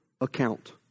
account